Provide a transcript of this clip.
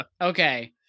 Okay